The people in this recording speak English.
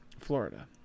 Florida